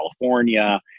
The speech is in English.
California